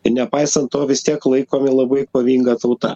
i nepaisant to vis tiek laikomi labai kovinga tauta